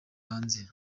hanze